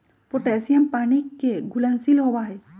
potassium पानी के घुलनशील होबा हई